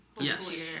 Yes